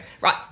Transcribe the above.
right